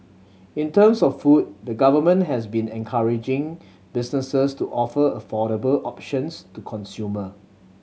in terms of food the Government has been encouraging businesses to offer affordable options to consumer